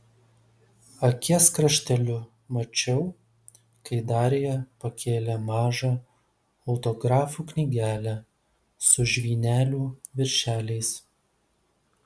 akies krašteliu mačiau kai darija pakėlė mažą autografų knygelę su žvynelių viršeliais